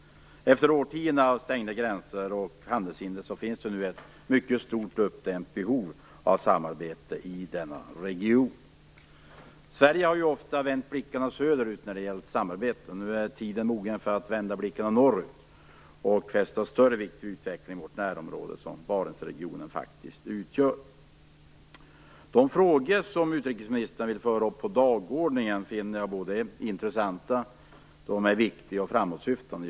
Efter årtionden av stängda gränser och handelshinder finns det nu ett mycket stort uppdämt behov av samarbete i denna region. Sverige har ju ofta vänt blickarna söderut när det har gällt samarbete. Nu är tiden mogen för att vända blickarna norrut och fästa större vikt vid utvecklingen i vårt närområde, som Barentsregionen faktiskt utgör. De frågor som utrikesministern vill föra upp på dagordningen finner jag intressanta, viktiga och framåtsyftande.